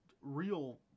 real